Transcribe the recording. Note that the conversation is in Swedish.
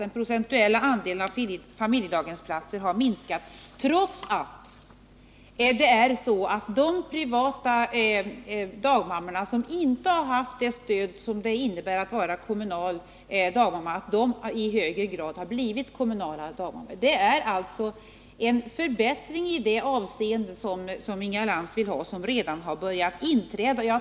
Den procentuella andelen familjedaghemsplatser har minskat, trots att de privata dagmammor som inte har haft det stöd som det innebär att vara kommunalt anställd nu i högre grad har blivit kommunalt anställda dagmammor. En förbättring i det avseende som Inga Lantz önskar har alltså redan börjat inträda.